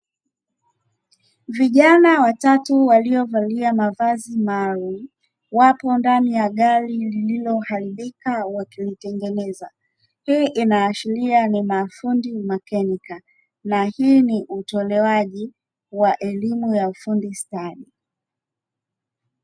Vijana watatu waliovalia mavazi maalumu wapo ndani ya gari lililoharibika wakilitengeneza, hii inaashiria ni mafundi makenika na hii ni utolewaji wa elimu ya ufundi stadi.